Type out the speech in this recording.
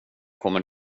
kommer